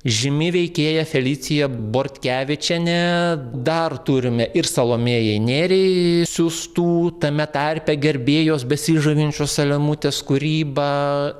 žymi veikėja felicija bortkevičiene dar turime ir salomėjai nėriai siųstų tame tarpe gerbėjos besižavinčios salemutės kūryba